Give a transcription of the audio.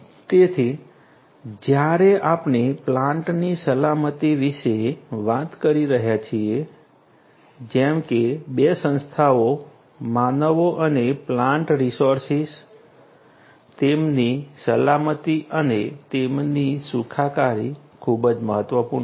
તેથી જ્યારે આપણે પ્લાન્ટની સલામતી વિશે વાત કરી રહ્યા છીએ જેમ કે 2 સંસ્થાઓ માનવો અને પ્લાન્ટ રીસોર્સીસ તેમની સલામતી અને તેમની સુખાકારી ખૂબ જ મહત્વપૂર્ણ છે